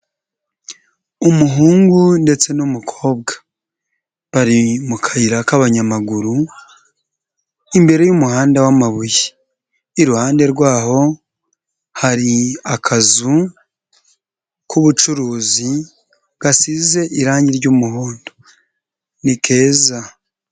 Umuhungu ndetse n'umukobwa bari mu kayira k'abanyamaguru imbere y'umuhanda w'amabuye, iruhande rwaho hari akazu k'ubucuruzi gasize irangi ry'umuhondo ni keza.